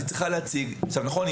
נכון,